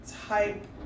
type